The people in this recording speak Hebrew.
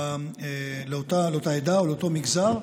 לאותה עדה או לאותו מגזר.